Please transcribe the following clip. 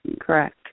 Correct